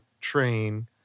train